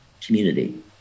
community